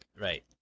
right